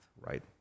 right